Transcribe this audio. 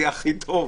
זה יהיה הכי טוב,